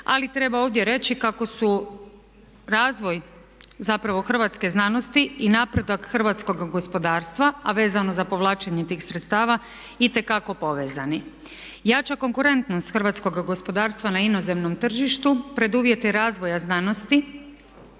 Ali treba ovdje reći kako su razvoj zapravo hrvatske znanosti i napredak hrvatskoga gospodarstva, a vezano za povlačenje tih sredstava itekako povezani. Jača konkurentnost hrvatskoga gospodarstva na inozemnom tržištu preduvjet je razvoja znanosti,